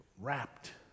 wrapped